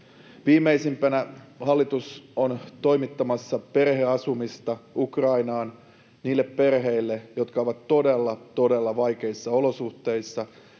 Viimeisimpänä hallitus on toimittamassa perheasumista Ukrainaan niille perheille, jotka ovat todella, todella vaikeissa olosuhteissa.